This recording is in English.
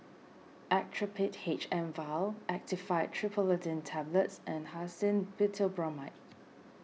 Actrapid H M vial Actifed Triprolidine Tablets and Hyoscine Butylbromide